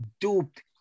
duped